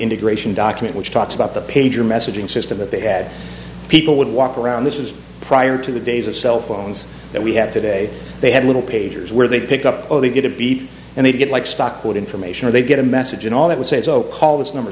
integration document which talks about the pager messaging system that they add people would walk around this was prior to the days of cell phones that we had today they had little pagers where they pick up they get a beat and they get like stuck with information or they get a message and all it would say is oh call this number